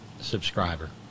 subscriber